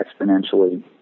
exponentially